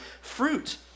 fruit